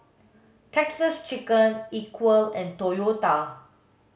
Texas Chicken Equal and Toyota